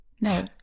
No